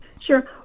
Sure